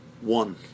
one